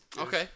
Okay